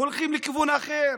הולכים לכיוון אחר,